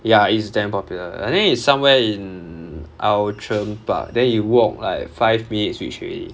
ya it's damn popular I think it's somewhere in outram park then you walk like five minutes reach already